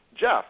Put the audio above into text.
Jeff